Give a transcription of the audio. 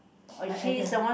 she